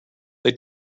they